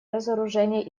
разоружения